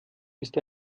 ist